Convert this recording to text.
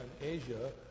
Asia